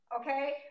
Okay